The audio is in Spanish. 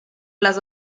las